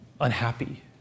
unhappy